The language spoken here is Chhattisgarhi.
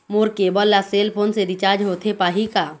मोर केबल ला सेल फोन से रिचार्ज होथे पाही का?